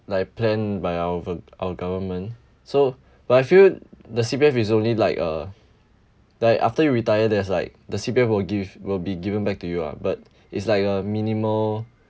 like plan by our our government so but I feel the C_P_F is only like a like after you retire there's like the C_P_F will give will be given back to you ah but it's like a minimal